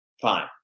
fine